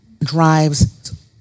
drives